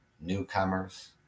newcomers